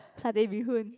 satay bee hoon